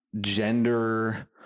gender